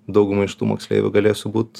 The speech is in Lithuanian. daugumai iš tų moksleivių galėsiu būti